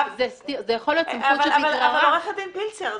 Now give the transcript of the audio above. זאת יכולה להיות סמכות --- עו"ד פילצר,